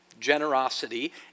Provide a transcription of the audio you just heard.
generosity